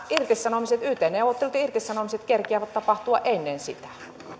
yt neuvottelut ja irtisanomiset kerkiävät tapahtua ennen sitä